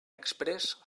exprés